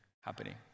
happening